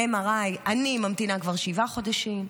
ל-MRI אני ממתינה כבר שבעה חודשים.